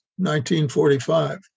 1945